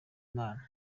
imana